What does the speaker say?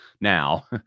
now